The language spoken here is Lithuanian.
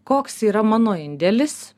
koks yra mano indėlis